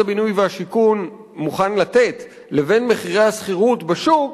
הבינוי והשיכון מוכן לתת לבין מחירי השכירות בשוק,